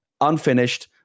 unfinished